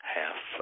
half